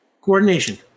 Coordination